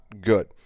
good